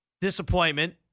disappointment